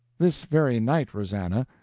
this very night, rosannah!